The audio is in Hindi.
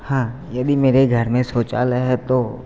हाँ यदि मेरे घर में शौचालय है तो